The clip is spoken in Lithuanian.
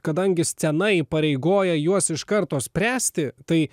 kadangi scena įpareigoja juos iš karto spręsti tai